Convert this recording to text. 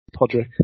Podrick